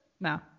no